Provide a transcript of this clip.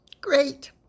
Great